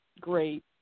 great